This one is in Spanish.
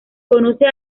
conoce